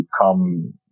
become